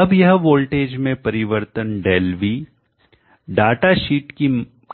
अब यह वोल्टेज में परिवर्तन Δv डाटा शीट